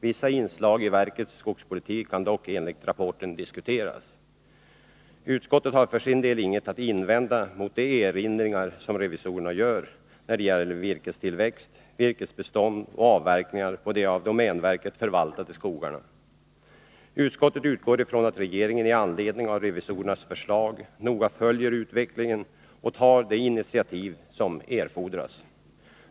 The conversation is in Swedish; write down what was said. Vissa inslag i verkets skogspolitik kan enligt rapporten dock diskuteras. Utskottet har för sin del inget att invända mot de erinringar som revisorerna gör när det gäller virkestillväxt, virkesbestånd och avverkningar på de av domänverket förvaltade skogarna. Utskottet utgår från att regeringen med anledning av revisorernas förslag noga följer utvecklingen och tar de initiativ som erfordras.